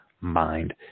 mind